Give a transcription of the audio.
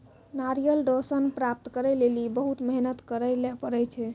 नारियल रो सन प्राप्त करै लेली बहुत मेहनत करै ले पड़ै छै